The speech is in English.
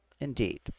indeed